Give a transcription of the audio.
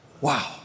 Wow